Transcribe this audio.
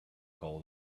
call